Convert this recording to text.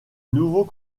nouveau